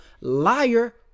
Liar